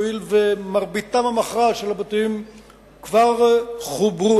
הואיל ומרביתם המכרעת של הבתים כבר חוברו,